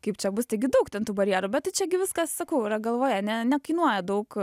kaip čia bus taigi daug ten tų barjerų bet tai čiagi viskas sakau yra galvoje ne nekainuoja daug